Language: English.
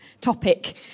Topic